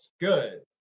Good